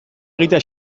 egitea